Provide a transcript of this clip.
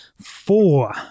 four